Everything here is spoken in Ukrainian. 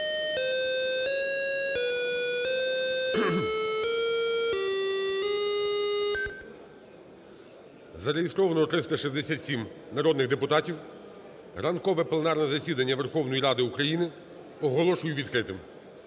Зареєстровано 367 народних депутатів. Ранкове пленарне засідання Верховної Ради України оголошую відкритим.